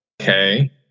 Okay